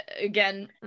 again